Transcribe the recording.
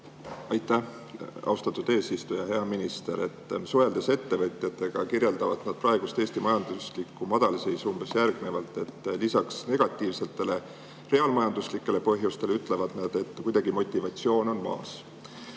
Aitäh, austatud eesistuja! Hea minister! Suheldes ettevõtjatega, kirjeldavad nad praegust Eesti majanduslikku madalseisu umbes järgnevalt. Lisaks negatiivsetele reaalmajanduslikele [probleemidele] ütlevad nad, et motivatsioon on